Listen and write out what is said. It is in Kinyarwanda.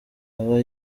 aba